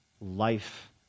life